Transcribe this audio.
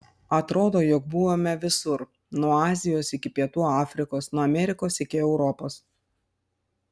atrodo jog buvome visur nuo azijos iki pietų afrikos nuo amerikos iki europos